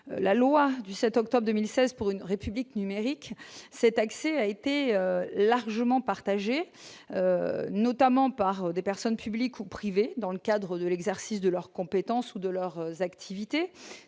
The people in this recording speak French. la loi du 7 octobre 2016 pour une République numérique cet accès a été largement partagé notamment par des personnes publiques ou privées, dans le cadre de l'exercice de leurs compétences ou de leur activité,